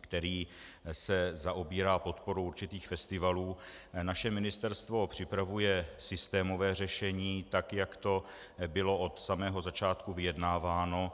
který se zaobírá podporou určitých festivalů, naše ministerstvo připravuje systémové řešení, tak jak to bylo od samého začátku vyjednáváno.